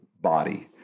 body